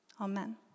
amen